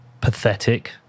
pathetic